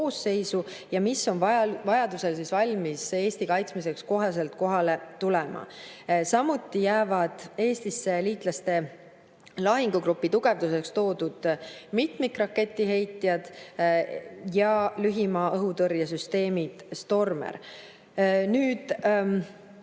koosseisu ja mis on vajadusel valmis Eesti kaitsmiseks koheselt kohale tulema. Samuti jäävad Eestisse liitlaste lahingugrupi tugevduseks toodud mitmikraketiheitjad ja lühimaa õhutõrje süsteemid Stormer. See